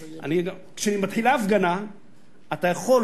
שכאשר מתחילה הפגנה אתה יכול,